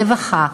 הרווחה,